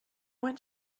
went